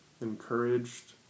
encouraged